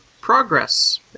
progress